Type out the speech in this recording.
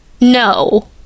No